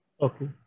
Okay